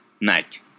night